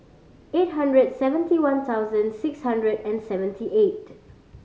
eight hundred seventy one thousand six hundred and seventy eight